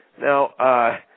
Now